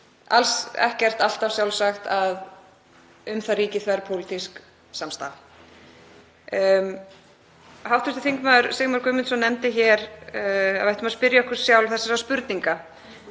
alls ekkert alltaf sjálfsagt að um þau ríki þverpólitísk samstaða. Hv. þm. Sigmar Guðmundsson nefndi hér að við ættum að spyrja okkur sjálf þessara spurninga